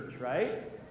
right